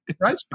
right